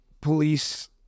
police